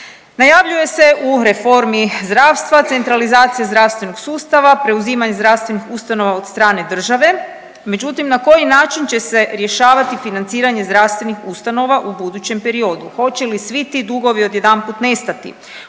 Najavljuje se u reformi zdravstva centralizacija zdravstvenog sustava, preuzimanje zdravstvenih ustanova od strane države, međutim na koji način će se rješavati financiranje zdravstvenih ustanova u budućem periodu, hoće li svi ti dugovi odjedanput nestati,